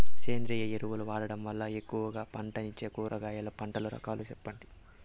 సేంద్రియ ఎరువులు వాడడం వల్ల ఎక్కువగా పంటనిచ్చే కూరగాయల పంటల రకాలు సెప్పండి?